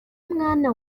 mwana